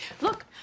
Look